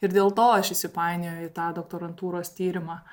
ir dėl to aš įsipainiojau į tą doktorantūros tyrimą